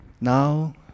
now